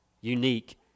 Unique